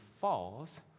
falls